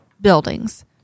buildings